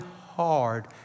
hard